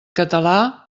català